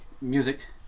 music